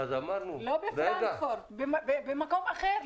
לא בפרנקפורט, במקום אחר.